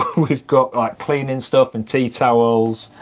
we've got like cleaning stuff and tea towels,